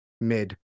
Mid